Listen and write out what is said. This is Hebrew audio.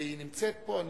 והיא נמצאת פה.